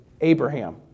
Abraham